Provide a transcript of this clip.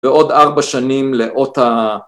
בעוד ארבע שנים לאות ה...